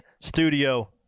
studio